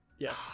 Yes